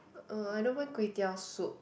uh I don't mind kway-teow soup